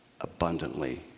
abundantly